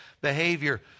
behavior